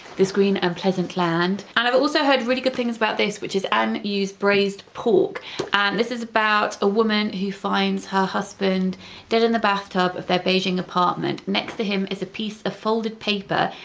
this green and pleasant land and i've also heard really good things about this which is an yu's braised pork, and this is about a woman who finds her husband dead in the bathtub of their beijing apartment. next to him is a piece of folded paper,